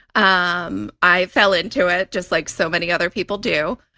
um i fell into it just like so many other people do.